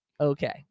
Okay